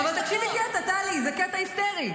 אבל תקשיבי קטע, טלי, זה קטע היסטרי.